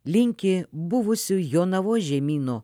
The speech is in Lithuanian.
linki buvusių jonavos žemyno